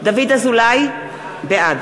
בעד